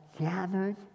gathered